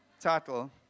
title